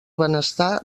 benestar